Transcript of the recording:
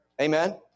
Amen